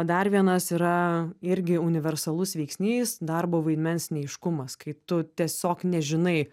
dar vienas yra irgi universalus veiksnys darbo vaidmens neaiškumas kaip tu tiesiog nežinai